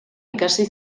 ikasi